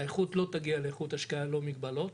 האיכות לא תגיע לאיכות השקיה ללא מגבלות.